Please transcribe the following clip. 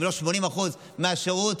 אם לא 80% מהשירות,